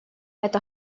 это